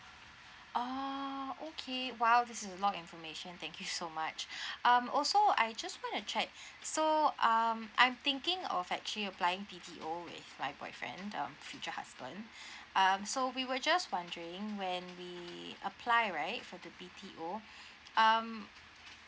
oh okay !wow! this is a lot information thank you so much um also I just want to check so um I'm thinking of actually applying B_T_O with my boyfriend um future husband um so we were just wondering when we apply right for the B_T_O um